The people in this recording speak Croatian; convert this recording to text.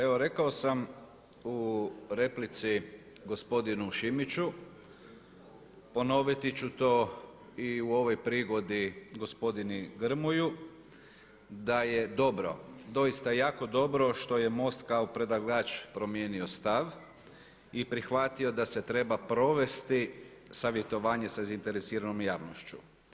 Evo rekao sam u replici gospodinu Šimiću, ponoviti ću tu i u ovoj prigodi gospodinu Grmoji da je dobro, doista jako dobro što je MOST kao predlagač promijenio stav i prihvatio da se treba provesti savjetovanje sa zainteresiranom javnošću.